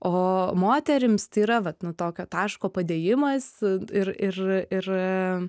o moterims tai yra vat nu tokio taško padėjimas ir ir ir